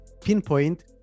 pinpoint